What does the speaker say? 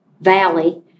Valley